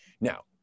Now